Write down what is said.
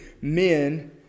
men